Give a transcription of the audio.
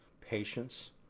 patience